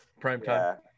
Primetime